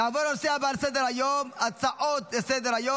נעבור לנושא הבא על סדר-היום, הצעות לסדר-היום.